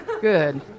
Good